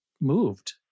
moved